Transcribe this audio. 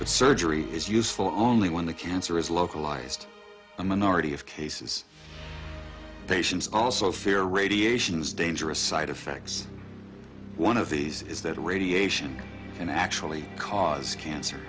the surgery is useful only when the cancer is localized a minority of cases patients also fear radiation is dangerous side effects one of these is that radiation can actually cause cancer